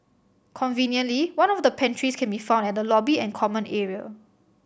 conveniently one of the pantries can be found at the lobby and common area